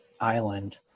Island